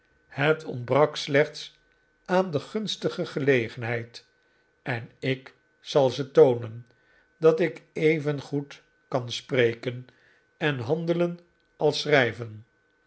het ontbrak slechts aan de gunstige gelegenheid en ik zal ze toonen dat ik even goed kan spreken en handelen als schrijven